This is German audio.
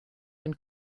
den